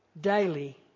daily